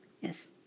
Yes